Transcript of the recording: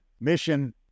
mission